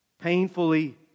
Painfully